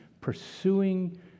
pursuing